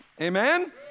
Amen